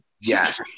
Yes